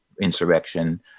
insurrection